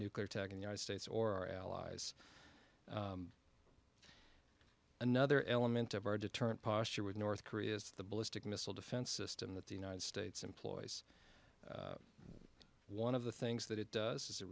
nuclear attack on united states or our allies another element of our deterrent posture with north korea is the ballistic missile defense system that the united states employs one of the things that it does is it